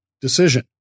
decision